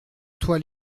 toi